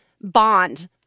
bond